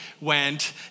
went